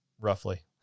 roughly